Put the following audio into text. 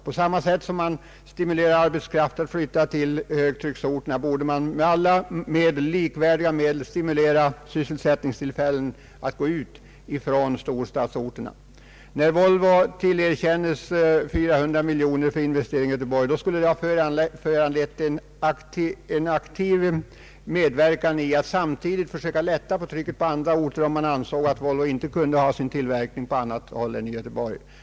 På samma sätt som man stimulerar arbetskraft att flytta till högtrycksorterna borde man med likvärdiga medel stimulera att sysselsättningstillfällen flyttas från de stora städerna. När Volvo tillerkändes 400 miljoner kronor för investeringar i Göteborg borde det ha föranlett en aktiv medverkan i att samtidigt försöka lätta på trycket i Göteborgsområdet, om man ansåg att Volvo inte kunde ha sin tillverkning någon annanstans än där.